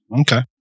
Okay